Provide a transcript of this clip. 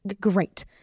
great